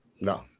No